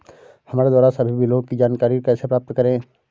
हमारे द्वारा सभी बिलों की जानकारी कैसे प्राप्त करें?